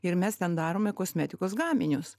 ir mes ten darome kosmetikos gaminius